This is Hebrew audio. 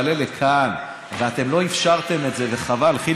יעלה לכאן ויגיד רק דבר אחד: אני חוזר בי